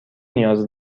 نیاز